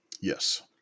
Yes